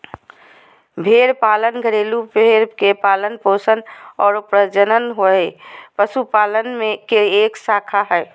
भेड़ पालन घरेलू भेड़ के पालन पोषण आरो प्रजनन हई, पशुपालन के एक शाखा हई